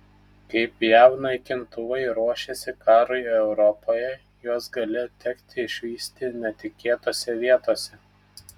kaip jav naikintuvai ruošiasi karui europoje juos gali tekti išvysti netikėtose vietose